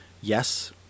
yes